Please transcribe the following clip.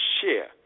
share